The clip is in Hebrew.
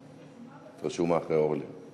את רשומה אחרי אורלי לוי.